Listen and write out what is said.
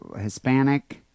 Hispanic